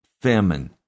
famine